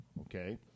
okay